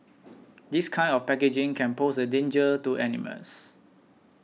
this kind of packaging can pose a danger to animals